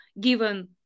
given